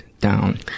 down